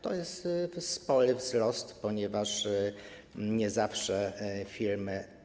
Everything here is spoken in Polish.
To jest spory wzrost, ponieważ nie zawsze firmy.